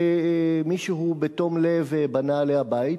שמישהו בתום לב בנה בה בית,